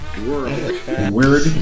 Word